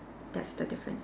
that's the difference